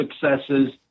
successes